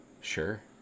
Sure